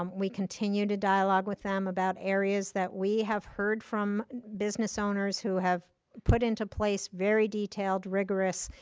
um we continue to dialogue with them about areas that we have heard from, business owners who have put into place very detailed, rigorous,